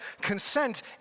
consent